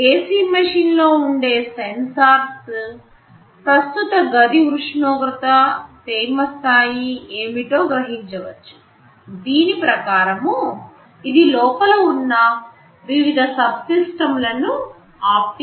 AC machine లో ఉండే sensors ప్రస్తుత గది ఉష్ణోగ్రత తేమ స్థాయి ఏమిటో గ్రహించవచ్చుదీని ప్రకారం ఇది లోపల ఉన్న వివిధ సబ్ సిస్టమ్స్ లను వాంఛనీయ చేయ గలదు